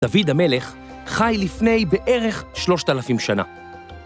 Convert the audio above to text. ‫דוד המלך חי לפני בערך 3,000 שנה.